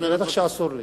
בטח שאסור לי.